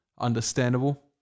understandable